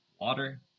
water